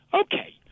Okay